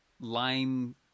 lime